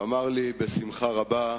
והוא אמר לי בשמחה רבה: